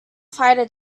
fighter